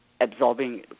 absorbing